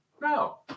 No